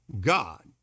God